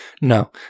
No